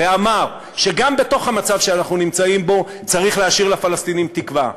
ואמר שגם בתוך המצב שאנחנו נמצאים בו צריך להשאיר לפלסטינים תקווה,